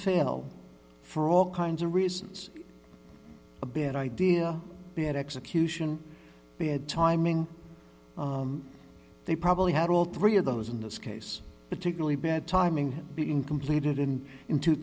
fail for all kinds of reasons a bit idea bad execution bad timing they probably had all three of those in this case particularly bad timing had been completed and in two